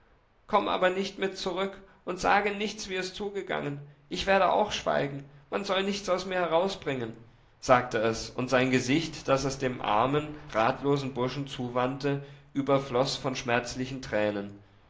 komm aber nicht mit zurück und sage nichts wie es zugegangen ich werde auch schweigen man soll nichts aus mir herausbringen sagte es und sein gesicht das es dem armen ratlosen burschen zuwandte überfloß von schmerzlichen tränen